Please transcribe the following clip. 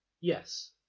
Yes